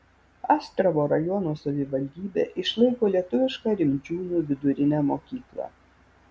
astravo rajono savivaldybė išlaiko lietuvišką rimdžiūnų vidurinę mokyklą